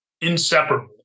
inseparable